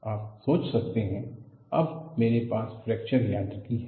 crack growth curve आप सोच सकते हैं अब मेरे पास फ्रैक्चर यांत्रिकी है